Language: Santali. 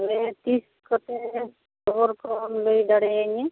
ᱛᱟᱦᱚᱞᱮ ᱛᱤᱥ ᱠᱚᱛᱮ ᱠᱷᱚᱵᱚᱨᱠᱚᱢ ᱞᱟᱹᱭ ᱫᱟᱲᱮᱭᱟᱹᱧᱟᱹ